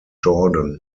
jordan